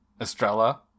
Estrella